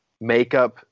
makeup